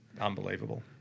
unbelievable